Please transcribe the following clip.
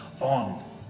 on